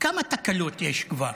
כמה תקלות יש כבר?